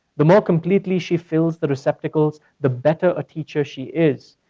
the more completely she fills the receptacles the better a teacher she is.